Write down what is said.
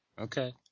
okay